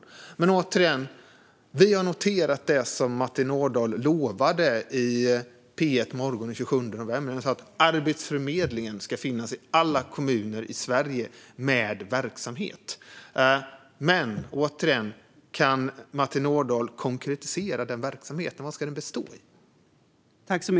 Jag säger återigen att vi har noterat det Martin Ådahl lovade i P1 Morgon den 27 november, det vill säga att Arbetsförmedlingen ska finnas i och ha verksamhet i alla kommuner i Sverige. Men, än en gång, kan Martin Ådahl konkretisera vad den verksamheten ska bestå i?